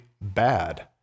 bad